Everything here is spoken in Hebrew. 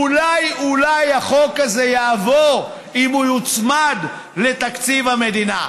אולי אולי החוק הזה יעבור אם הוא יוצמד לתקציב המדינה.